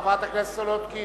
חברת הכנסת סולודקין.